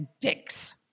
Dicks